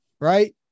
right